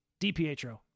DiPietro